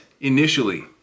initially